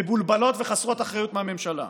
מבולבלות וחסרות אחריות מהממשלה.